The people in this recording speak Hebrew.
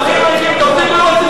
ההתיישבות.